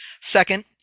second